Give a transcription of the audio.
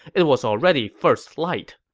it was already first light.